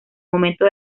momento